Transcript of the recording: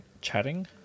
chatting